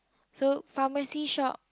so pharmacy shop